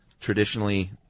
traditionally